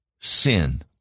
sin